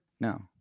No